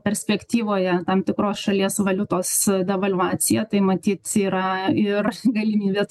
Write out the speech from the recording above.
perspektyvoje tam tikros šalies valiutos devalvacija tai matyt yra ir galimybė to